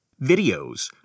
Videos